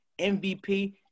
MVP